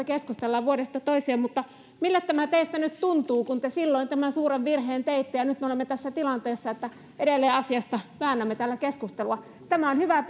keskustellaan vuodesta toiseen mille tämä teistä nyt tuntuu kun te silloin tämän suuren virheen teitte ja ja nyt me olemme tässä tilanteessa että edelleen asiasta väännämme täällä keskustelua tämä on hyvä